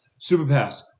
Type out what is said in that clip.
Superpass